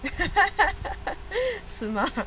是吗